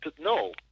no